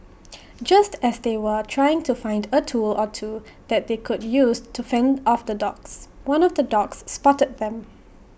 just as they were trying to find A tool or two that they could use to fend off the dogs one of the dogs spotted them